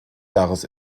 jahres